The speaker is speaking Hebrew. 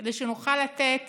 כדי שנוכל לתת